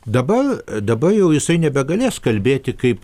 dabar dabar jau jisai nebegalės kalbėti kaip